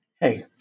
hey